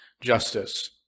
justice